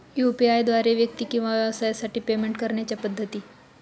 UPI द्वारे व्यक्ती किंवा व्यवसायांसाठी पेमेंट करण्याच्या पद्धती